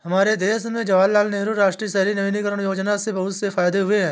हमारे देश में जवाहरलाल नेहरू राष्ट्रीय शहरी नवीकरण योजना से बहुत से फायदे हुए हैं